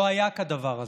לא היה כדבר הזה.